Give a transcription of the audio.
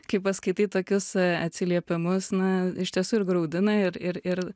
kai paskaitai tokius atsiliepimus na iš tiesų ir graudina ir ir ir